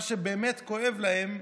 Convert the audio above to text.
מה שבאמת כואב להם,